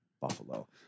Buffalo